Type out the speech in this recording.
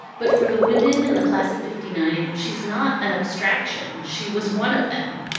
but for the women in the class of fifty nine, she's not an abstraction. she was one of them.